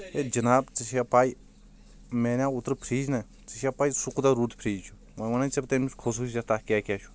ہے جناب ژےٚ چھے پے مےٚ انیاو اوترٕ فرج نہ ژےٚ چھیے پے سُہ کوٗتاہ رُت فرج چھُ وۄنۍ ونے شےٚ بہٕ تمیچ خصوصیت تتھ کیٛاہ کیٛاہ چھُ